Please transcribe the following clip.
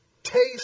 Taste